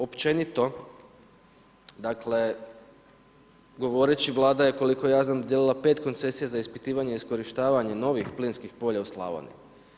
Općenito, dakle govoreći Vlada je, koliko ja znam dodijelila 5 koncesija za ispitivanje i iskorištavanje novih plinskih polja u Slavoniji.